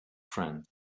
friend